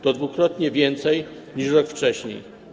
To dwukrotnie więcej niż rok wcześniej.